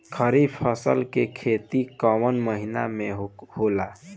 खरीफ फसल के खेती कवना महीना में होला?